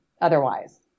otherwise